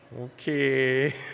Okay